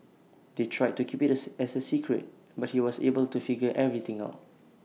they tried to keep IT as A secret but he was able to figure everything out